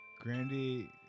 Grandy